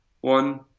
one